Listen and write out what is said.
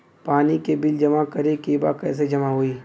पानी के बिल जमा करे के बा कैसे जमा होई?